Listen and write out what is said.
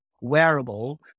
wearable